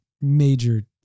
major